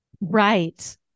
Right